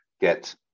get